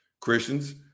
Christians